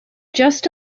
just